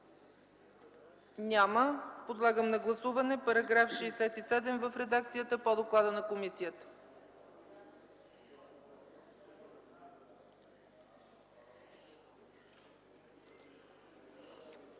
Няма. Подлагам на гласуване § 67 в редакцията по доклада на комисията.